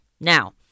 Now